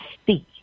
speak